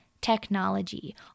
technology